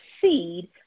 seed